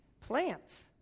plants